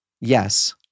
yes